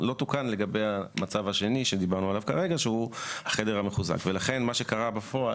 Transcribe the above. לא נעשתה הבהרה כזאת ולעשות הבהרה ספציפית --- אם יהיה הבהרה פה,